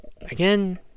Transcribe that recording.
again